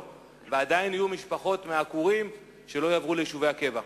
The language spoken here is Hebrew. לא יהיו משפחות מהעקורים שלא עברו ליישובי הקבע?